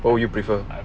what would you prefer